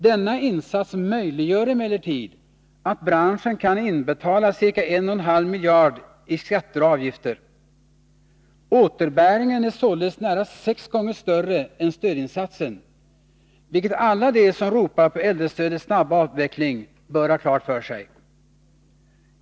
Denna insats möjliggör emellertid att branschen kan inbetala ca 1,5 miljarder i skatter och avgifter. Återbäringen är således nära sex gånger större än stödinsatsen, vilket alla de som ropar på äldrestödets snabba avveckling bör ha klart för sig.